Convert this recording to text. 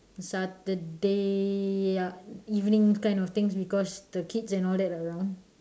saturday ya evening kind of things because the kids and all that are around